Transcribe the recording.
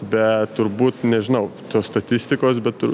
bet turbūt nežinau tos statistikos bet